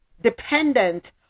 dependent